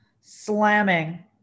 slamming